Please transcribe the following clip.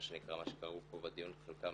הממונה,